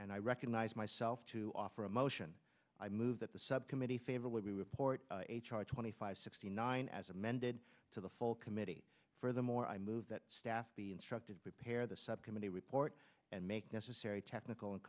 and i recognize myself to offer a motion i move that the subcommittee favorably report h r twenty five sixty nine line as amended to the full committee furthermore i move that staff be instructed to prepare the subcommittee report and make necessary technical and